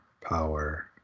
power